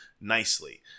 nicely